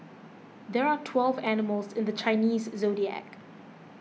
there are twelve animals in the Chinese zodiac